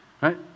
Right